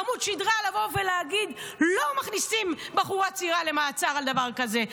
עמוד שדרה לבוא ולהגיד: לא מכניסים בחורה צעירה למעצר על דבר כזה.